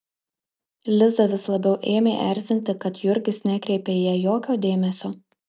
lizą vis labiau ėmė erzinti kad jurgis nekreipia į ją jokio dėmesio